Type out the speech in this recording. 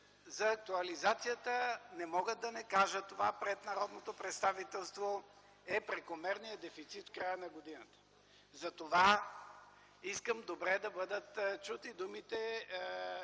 за актуализацията, не мога да не кажа това пред народното представителство, е прекомерният дефицит в края на годината. Затова искам добре да бъдат чути думите